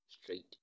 straight